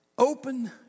Open